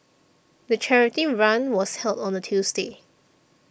the charity run was held on a Tuesday